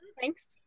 Thanks